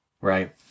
Right